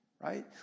right